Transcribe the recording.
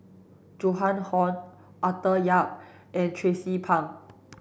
Joan Hon Arthur Yap and Tracie Pang